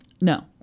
No